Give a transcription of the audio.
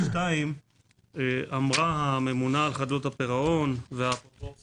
שתיים, אמרה הממונה על חדלות הפירעון והאפוטרופוס